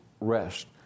rest